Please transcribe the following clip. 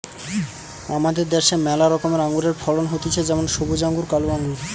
আমাদের দ্যাশে ম্যালা রকমের আঙুরের ফলন হতিছে যেমন সবুজ আঙ্গুর, কালো আঙ্গুর